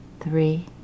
Three